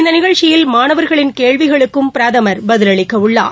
இந்த நிகழ்ச்சியில் மாணவர்களின் கேள்விகளுக்கும் பிரதமர் பதிலளிக்கவுள்ளார்